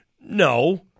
No